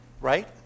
right